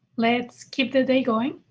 let's keep the day going.